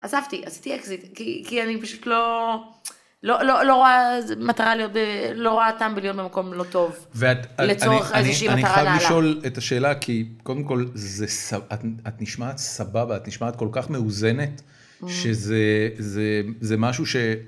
עזבתי, עשיתי אקזיט, כי אני פשוט לא רואה מטרה... לא רואה טעם בלהיות במקום לא טוב, לצורך איזושהי מטרה נעלה. אני חייב לשאול את השאלה, כי קודם כל, את נשמעת סבבה, את נשמעת כל כך מאוזנת, שזה משהו ש...